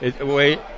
wait